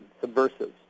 subversive